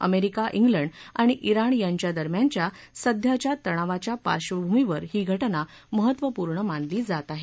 America िनंड आणि जिण यांच्या दरम्यानच्या सध्याच्या तणावाच्या पार्श्वभूमीवर ही घटना महत्तपूर्ण मानली जात आहे